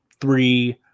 three